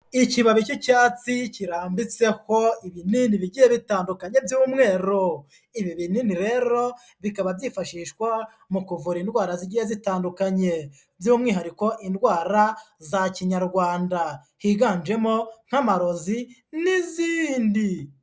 Ikibabi cy'icyatsi kirambitse ibinini bigiye bitandukanye by'umweru, ibi binini rero bikaba byifashishwa mu kuvura indwara zigiye zitandukanye by'umwihariko indwara za Kinyarwanda, higanjemo nk'amarozi n'izindi.